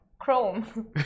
chrome